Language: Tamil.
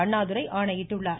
அண்ணாதுரை ஆணையிட்டுள்ளார்